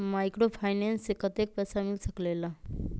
Microfinance से कतेक पैसा मिल सकले ला?